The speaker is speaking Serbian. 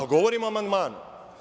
Pa, govorim o amandmanu.